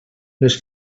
les